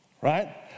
Right